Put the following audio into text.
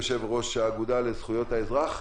יושב-ראש האגודה לזכויות האזרח,